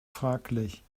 fraglich